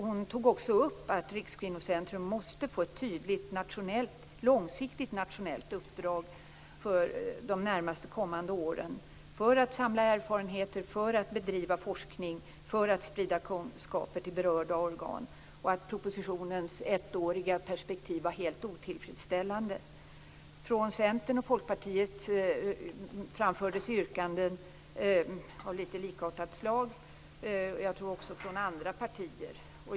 Hon tog också upp att Rikskvinnocentrum måste få ett tydligt långsiktigt nationellt uppdrag för de närmast kommande åren för att samla erfarenheter, för att bedriva forskning och för att sprida kunskaper till berörda organ och att propositionens ettåriga perspektiv var helt otillfredsställande. Från Centern och Folkpartiet framfördes yrkanden av likartat slag. Jag tror också att det gjordes från andra partier.